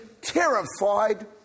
terrified